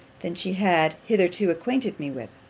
than she had hitherto acquainted me with.